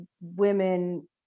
women